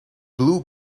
blue